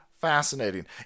fascinating